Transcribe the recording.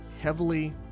heavily